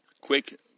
quick